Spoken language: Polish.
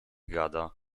gada